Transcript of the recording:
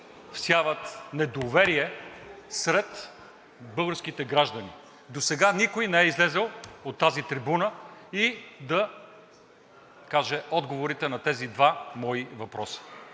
всяват недоверие сред българските граждани. Досега никой не е излязъл от тази трибуна и да каже отговорите на тези два мои въпроса.